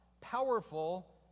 powerful